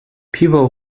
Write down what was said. people